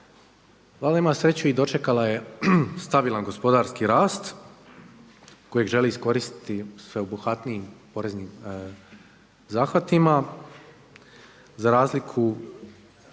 Valjda ima sreću i dočekala je stabilan gospodarski rast kojeg želi iskoristiti sveobuhvatnijim poreznim zahvatima. Za razliku